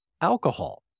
alcohol